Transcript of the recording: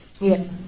Yes